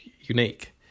unique